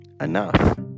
Enough